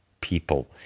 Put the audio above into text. people